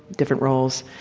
different roles.